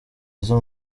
aza